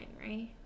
right